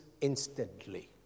instantly